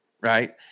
right